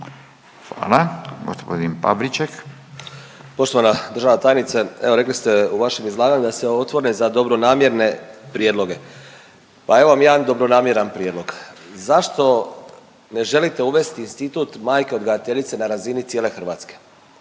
(Hrvatski suverenisti)** Poštovana državna tajnice, evo rekli ste u vašem izlaganju da ste otvoreni za dobronamjerne prijedloge, pa evo vam jedan dobronamjeran prijedlog. Zašto ne želite uvesti institut majke odgajateljice na razini cijele RH